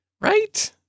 Right